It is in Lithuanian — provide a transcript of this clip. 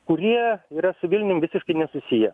kurie yra su vilnium visiškai nesusiję